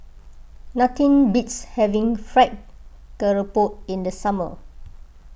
nothing beats having Fried Garoupa in the summer